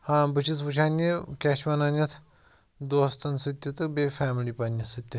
ہاں بہٕ چھُس وُِچھان یہِ کیٛاہ چھِ وَنان یتھ دوٗستن سٍتۍ تہٕ تہٕ بیٚیہِ فیملی پَنٕنہِ سٍتۍ تہِ